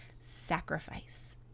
sacrifice